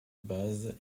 base